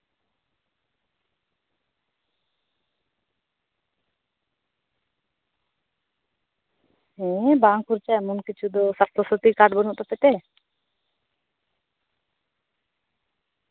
ᱦᱮᱸ ᱦᱮᱸ ᱵᱟᱝ ᱠᱷᱚᱨᱪᱟᱜᱼᱟ ᱮᱢᱚᱱ ᱠᱤᱪᱷᱩ ᱫᱚ ᱥᱟᱥᱛᱷᱚ ᱥᱟᱛᱷᱤ ᱠᱟᱨᱰ ᱵᱟᱹᱱᱩᱜ ᱛᱟᱯᱮᱛᱮ